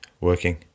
working